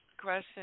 Question